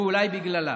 ואולי בגללה.